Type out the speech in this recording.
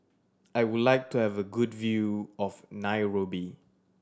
I would like to have a good view of Nairobi